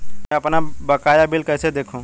मैं अपना बकाया बिल कैसे देखूं?